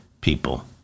people